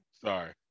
Sorry